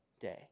day